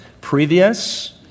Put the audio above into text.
previous